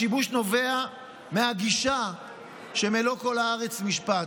השיבוש נובע מהגישה שמלוא כל הארץ משפט.